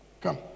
Come